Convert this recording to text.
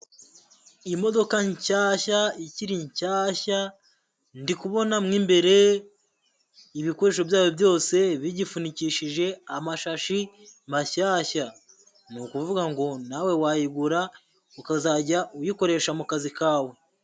Imodoka nshyashya ikiri nshyashya, ndi kubona mo imbere ibikoresho byayo byose bigipfunikishije amashashi mashyashya, ni ukuvuga ngo nawe wayigura ukazajya uyikoresha mu kazi kawe.